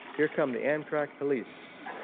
here come the amtrak police.